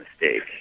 mistake